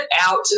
out